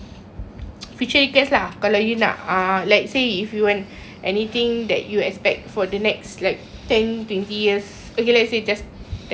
let's say if you want anything that you expect for the next like ten twenty years okay let's say just ten years lah we are already in our